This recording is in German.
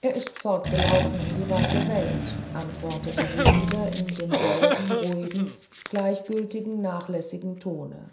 er ist fortgelaufen in die weite welt antwortete sie wieder in demselben ruhigen gleichgültigen nachlässigen tone